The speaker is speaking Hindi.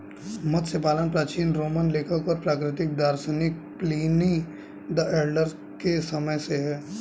मत्स्य पालन प्राचीन रोमन लेखक और प्राकृतिक दार्शनिक प्लिनी द एल्डर के समय से है